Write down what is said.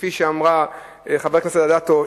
וכפי שאמרה חברת הכנסת אדטו,